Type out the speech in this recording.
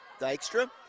Dykstra